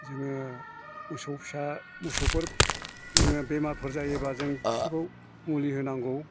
जोङो मोसौ फिसा मोसौफोर जोङो बेमारफोर जायोबा जों बिसोरखौ मुलि होनांगौ